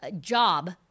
job